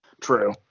true